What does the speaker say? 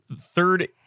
third